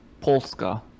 Polska